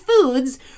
foods